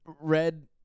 Red